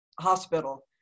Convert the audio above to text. hospital